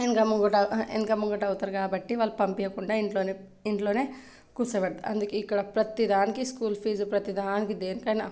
వెనక ముంగట వెనక ముంగట అవుతారు కాబట్టి వాళ్ళు పంపించకుండా ఇంట్లో ఇంట్లో కూర్చోపెడతారు అందుకే ఇక్కడ ప్రతిదానికి స్కూల్ ఫీజు ప్రతిదానికి దేనికైనా